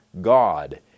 God